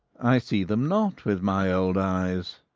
i see them not with my old eyes.